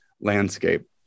landscape